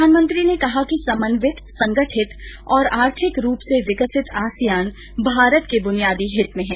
प्रधानमंत्री ने कहा कि समन्वित संगठित और आर्थिक रूप से विकसित आसियान भारत के बुनियादी हित में है